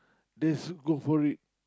let's go for it